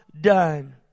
done